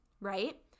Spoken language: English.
right